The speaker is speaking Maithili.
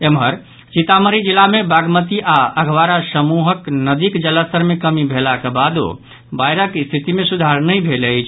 एम्हर सीतामढ़ी जिला मे बागमती आओर अधवारा समूहक नदीक जलस्तर मे कमि भेलाक बादो बाढ़िक स्थिति मे सुधार नहि अछि